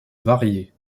variées